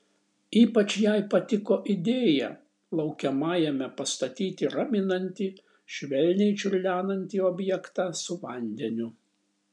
ypač jai patiko idėja laukiamajame pastatyti raminantį švelniai čiurlenantį objektą su vandeniu